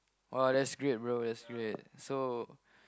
!wah! that's great bro that's great so